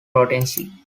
potency